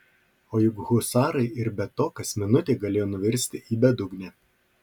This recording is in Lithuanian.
o juk husarai ir be to kas minutė galėjo nuvirsti į bedugnę